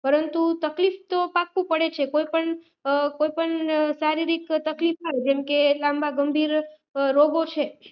પરંતુ તકલીફ તો પાક્કું પડે છે કોઈપણ કોઈપણ શારીરિક તકલીફ આવે જેમકે લાંબા ગંભીર રોગો છે